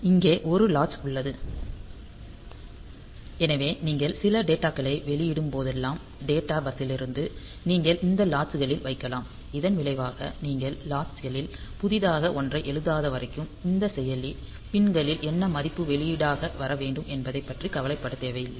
இங்கே ஒரு லாட்சு உள்ளது எனவே நீங்கள் சில டேட்டாகளை வெளியிடும் போதெல்லாம் டேட்டா பஸ்ஸிலிருந்து நீங்கள் இந்த லாட்சு களில் வைக்கலாம் இதன் விளைவாக நீங்கள் லாட்சுகளில் புதிதாக ஒன்றை எழுதாத வரைக்கும் இந்த செயலி பின் களில் என்ன மதிப்பு வெளியீடாக வர வேண்டும் என்பதைப் பற்றி கவலைப்பட தேவையில்லை